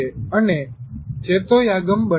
અને ચેતોયાગમ બને છે